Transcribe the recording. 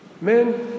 men